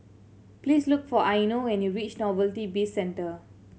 please look for Eino when you reach Novelty Bizcentre